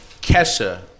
Kesha